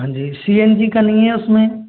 हाँ जी C N G का नहीं है उसमें